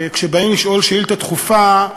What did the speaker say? כשבאים לשאול שאילתה דחופה,